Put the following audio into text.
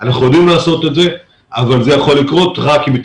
אנחנו יודעים לעשות את זה אבל זה יכול לקרות רק אם באמת